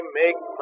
make